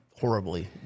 horribly